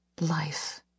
life